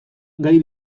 gai